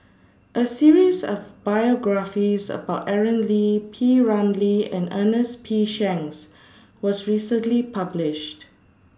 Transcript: A series of biographies about Aaron Lee P Ramlee and Ernest P Shanks was recently published